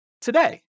today